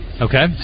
Okay